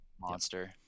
Monster